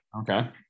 okay